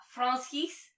Francis